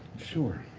sure.